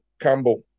Campbell